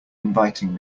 inviting